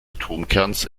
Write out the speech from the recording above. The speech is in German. atomkerns